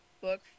book